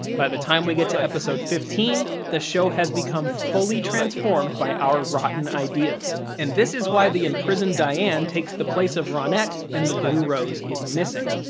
by the time we get to episode fifteen, the show has become fully transformed by our rotten ideas, and this is why the imprisoned diane takes the place of ronette and the blue rose is missing.